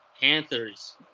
Panthers